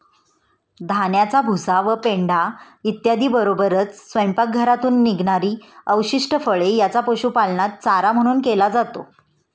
धान्याचा भुसा व पेंढा इत्यादींबरोबरच स्वयंपाकघरातून निघणारी अवशिष्ट फळे यांचा पशुपालनात चारा म्हणून केला जातो